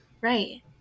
Right